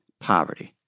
poverty